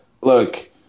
look